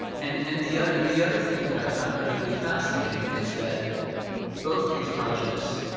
and and the ah and the other thing that i find particularly fascinating is that both of these projects,